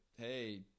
Hey